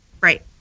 right